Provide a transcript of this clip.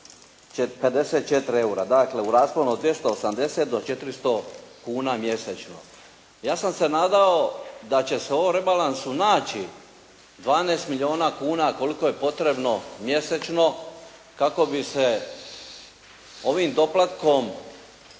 54 eura. Dakle, u rasponu od 280 do 400 kuna mjesečno. Ja sam se nadao da će se u ovom rebalansu naći 12 milijuna kuna koliko je potrebno mjesečno kako bi se ovim doplatkom